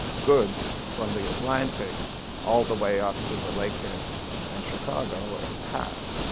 goods from the atlantic all the way up to the lake head and chicago and past.